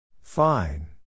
Fine